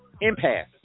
impasse